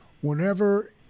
Whenever